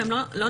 והם לא נדרשים,